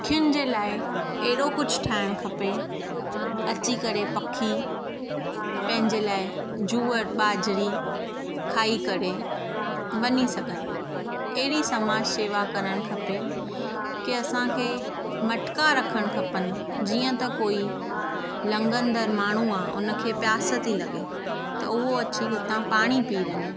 पखियुनि जे लाइ अहिड़ो कुझु ठाहिणु खपे अची करे पखी पंहिंजे लाइ जूअर बाजरी खाई करे वञी सघनि अहिड़ी समाज सेवा करणु खपे की असांखे मटका रखण खपनि जीअं त कोई लंघदड़ माण्हू आहे उन खे प्यास थी लॻे त उहो अची हुतां पाणी पी वञे